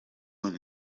mfite